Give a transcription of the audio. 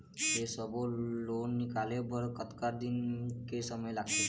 ये सब्बो लोन निकाले बर कतका दिन के समय लगथे?